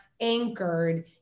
anchored